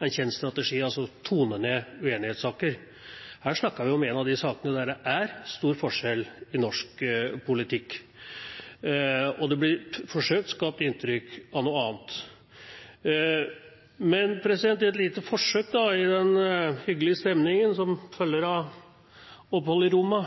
en kjent strategi å tone ned uenighetssaker. Her snakker vi om en av sakene der det er stor forskjell i norsk politikk, og det blir forsøkt skapt inntrykk av noe annet. Et lite forsøk i den hyggelige stemningen som følger av oppholdet i Roma,